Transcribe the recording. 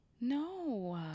no